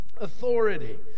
Authority